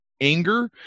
Anger